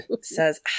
says